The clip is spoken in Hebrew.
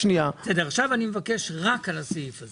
עכשיו אני מבקש לדון רק על הסעיף הזה.